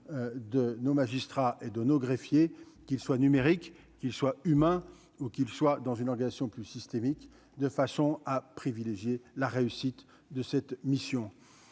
de nos magistrats et de nos greffier, qu'ils soient numériques, qu'il soit humain ou qu'il soit dans une organisation plus systémique de façon à privilégier la réussite de cette mission,